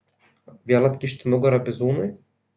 vėl atkišti nugarą bizūnui